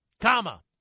Comma